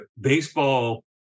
baseball